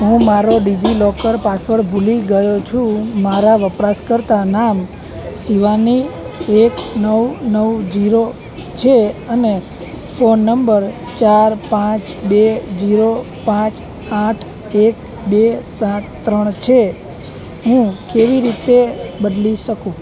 હું મારો ડિજિલોકર પાસવડ ભૂલી ગયો છું મારા વપરાશકર્તા નામ શિવાની એક નવ નવ જીરો છે અને ફોન નંબર ચાર પાંચ બે જીરો પાંચ આઠ એક બે સાત ત્રણ છે હું કેવી રીતે બદલી શકું